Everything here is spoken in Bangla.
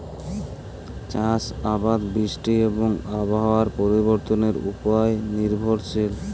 চাষ আবাদ বৃষ্টি এবং আবহাওয়ার পরিবর্তনের উপর নির্ভরশীল